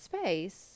space